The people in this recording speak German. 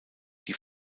die